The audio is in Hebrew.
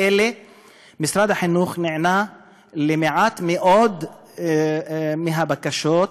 משרד החינוך נענה למעט מאוד מהבקשות האלה.